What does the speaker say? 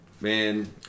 man